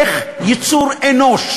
איך יצור אנוש